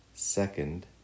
Second